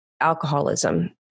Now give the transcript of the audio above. alcoholism